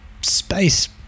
space